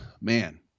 Man